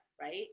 right